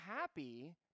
happy